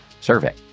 survey